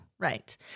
Right